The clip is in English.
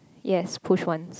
yea push ones